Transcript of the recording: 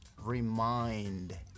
remind